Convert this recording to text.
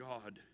God